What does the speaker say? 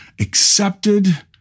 accepted